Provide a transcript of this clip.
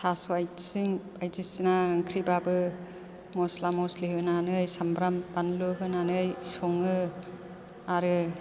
थास' आथिं बायदिसिना ओंख्रिब्लाबो मस्ला मस्लि होनानै सामब्राम बानलु होनानै सङो आरो